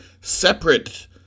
separate